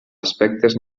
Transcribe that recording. aspectes